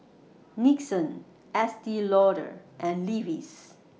Nixon Estee Lauder and Levi's